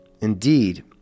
Indeed